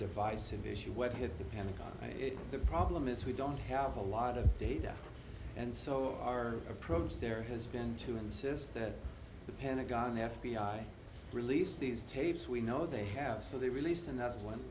divisive issue what hit the pentagon it the problem is we don't have a lot of data and so our approach there has been to insist that the panic gun the f b i released these tapes we know they have so they released another one